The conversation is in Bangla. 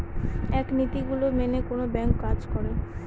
এক নীতি গুলো মেনে কোনো ব্যাঙ্ক কাজ করে